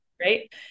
right